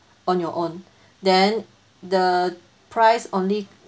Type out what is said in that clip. on your own then the price only